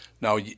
Now